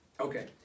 Okay